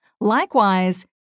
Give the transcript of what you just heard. Likewise